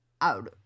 out